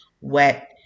wet